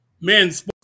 Men's